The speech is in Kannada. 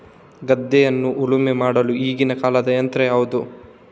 ಗದ್ದೆಯನ್ನು ಉಳುಮೆ ಮಾಡಲು ಈಗಿನ ಕಾಲದ ಯಂತ್ರ ಯಾವುದು?